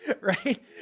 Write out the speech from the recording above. right